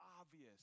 obvious